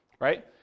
right